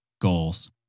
goals